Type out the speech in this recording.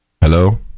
Hello